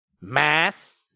math